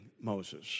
Moses